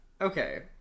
okay